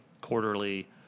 quarterly